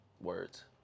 words